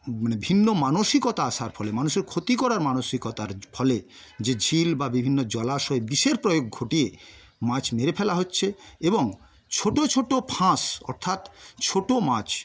মানে ভিন্ন মানসিকতা আসার ফলে মানুষের ক্ষতি করার মানসিকতার ফলে যে ঝিল বা বিভিন্ন জলাশয়ে বিষের প্রয়োগ ঘটিয়ে মাছ মেরে ফেলা হচ্ছে এবং ছোটো ছোটো ফাঁস অর্থাৎ ছোটো মাছ